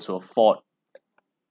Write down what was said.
to afford